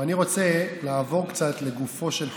אני רוצה לעבור קצת לגופו של חוק.